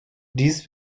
dies